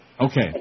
Okay